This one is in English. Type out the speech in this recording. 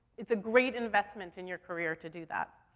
it's a great investment in your career to do that.